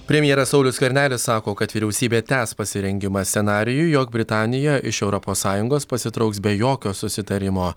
premjeras saulius skvernelis sako kad vyriausybė tęs pasirengimą scenarijui jog britanija iš europos sąjungos pasitrauks be jokio susitarimo